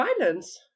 violence